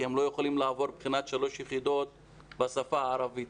כי הם לא יכולים לעבור בחינת שלוש יחידות בשפה הערבית.